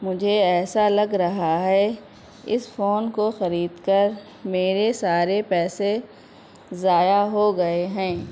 مجھے ایسا لگ رہا ہے اس فون کو خرید کر میرے سارے پیسے ضائع ہو گئے ہیں